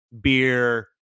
beer